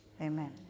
Amen